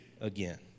again